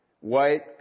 White